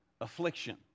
affliction